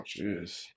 jeez